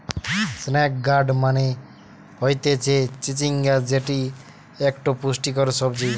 snake gourd মানে হতিছে চিচিঙ্গা যেটি একটো পুষ্টিকর সবজি